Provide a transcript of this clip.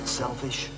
selfish